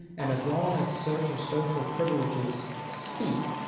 and as long as search and social privileges speed